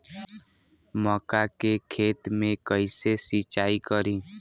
मका के खेत मे कैसे सिचाई करी?